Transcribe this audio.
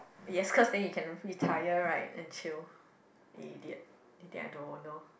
yes cause then you can free tire right and chill idiot you think I don't know